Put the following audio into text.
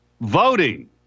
voting